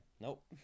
Nope